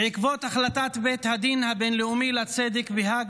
בעקבות החלטת בית הדין הבין-לאומי לצדק בהאג